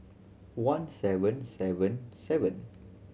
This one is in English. one seven seven seven